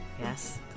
Yes